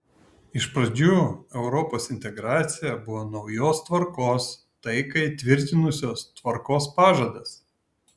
iš pradžių europos integracija buvo naujos tvarkos taiką įtvirtinusios tvarkos pažadas